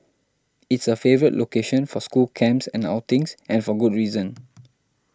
it's a favourite location for school camps and outings and for good reason